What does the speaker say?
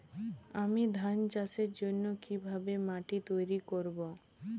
আমি ধান চাষের জন্য কি ভাবে মাটি তৈরী করব?